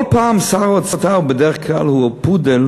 כל פעם שר האוצר הוא בדרך כלל פודל